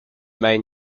main